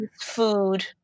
food